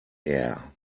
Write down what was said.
air